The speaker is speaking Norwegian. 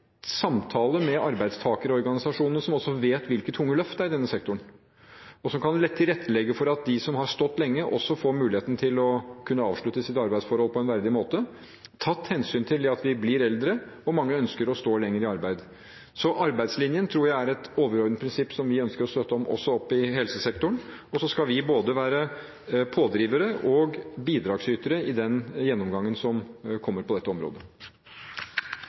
samtale med arbeidstakerorganisasjonene, som også vet hvilke tunge løft det er i denne sektoren. De kan legge til rette for at de som har stått lenge, også får muligheten til å kunne avslutte sitt arbeidsforhold på en verdig måte – og at det blir tatt hensyn til det at vi blir eldre, og at mange ønsker å stå lenger i arbeid. Så arbeidslinjen tror jeg er et overordnet prinsipp som vi ønsker å støtte opp om også i helsesektorene, og så skal vi være både pådrivere og bidragsytere i den gjennomgangen som kommer på dette området.